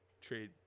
trade